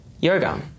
yoga